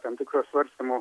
tam tikro svarstymo